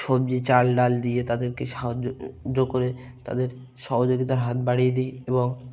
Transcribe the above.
সবজি চাল ডাল দিয়ে তাদেরকে সাহায্য করে তাদের সহযোগিতার হাত বাড়িয়ে দিই এবং